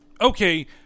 Okay